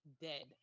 dead